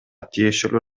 тиешелүү